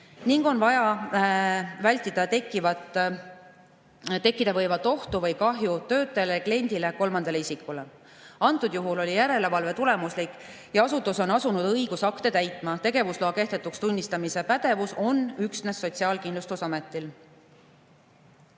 ning on vaja vältida tekkida võivat ohtu või kahju töötajale, kliendile või kolmandale isikule. Antud juhul oli järelevalve tulemuslik ja asutus on asunud õigusakte täitma. Tegevusloa kehtetuks tunnistamise pädevus on üksnes Sotsiaalkindlustusametil.